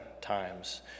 times